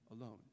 alone